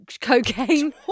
cocaine